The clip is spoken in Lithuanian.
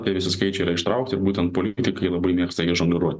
tai visi skaičiai ištraukti būtent politikai labai mėgsta jais žongliruot